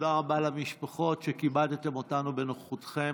תודה רבה למשפחות על שכיבדתם אותנו בנוכחותכם.